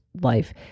life